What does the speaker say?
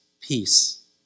peace